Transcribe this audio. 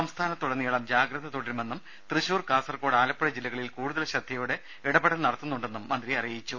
സംസ്ഥാനത്തുടനീളം ജാഗ്രത തുടരുമെന്നും തൃശൂർ കാസർകോ ട് ആലപ്പുഴ ജില്ലകളിൽ കൂടുതൽ ശ്രദ്ധയോടെ ഇടപെടൽ നടത്തുന്നു ണ്ടെന്നും മന്ത്രി പറഞ്ഞു